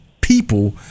people